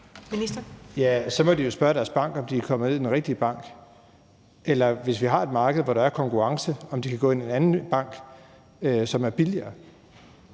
så må de jo spørge deres bank, om de er kommet ned i den rigtige bank, eller om de – hvis vi har et marked, hvor der er konkurrence – kan gå i en anden bank, som er billigere.